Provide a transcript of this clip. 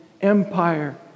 Empire